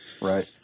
Right